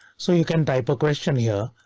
so you can type a question here,